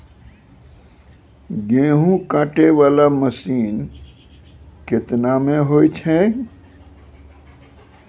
गेहूँ काटै वाला मसीन केतना मे होय छै?